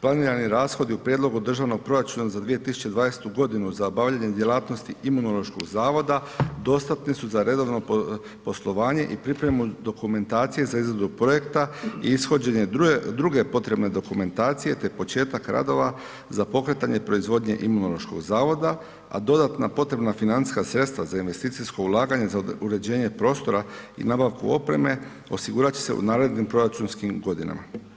Planirani rashodi u prijedlogu državnog proračuna za 2020. g. za obavljanje djelatnosti Imunološkog zavoda, dostatni su za redovno poslovanje i pripremu dokumentacije za izradu projekta i ishođenje druge potrebne dokumentacije te početak radova za pokretanje proizvodnje Imunološkog zavoda a dodatna potrebna financijska sredstva za investicijsko ulaganje za uređenje prostora i nabavku opreme, osigurat će se u narednim proračunskim godinama.